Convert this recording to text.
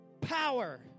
power